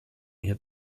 hier